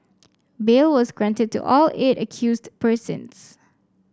bail was granted to all eight accused persons